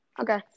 Okay